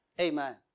Amen